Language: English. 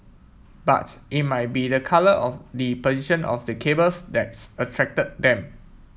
but it might be the colour or the position of the cables that's attracted them